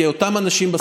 כי אותם אנשים,